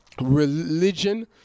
religion